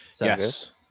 yes